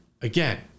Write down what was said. Again